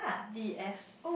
D S